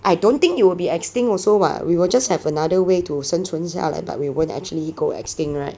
I don't think you will be extinct also [what] we will just have another way to 生存下来 but we won't actually go extinct [right]